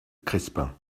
crespin